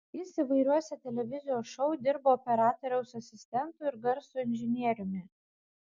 jis įvairiuose televizijos šou dirbo operatoriaus asistentu ir garso inžinieriumi